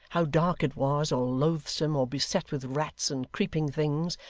how dark it was, or loathsome, or beset with rats and creeping things,